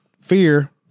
fear